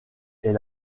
est